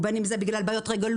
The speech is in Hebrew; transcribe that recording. או בין אם זה בגלל בעיות רגולטוריות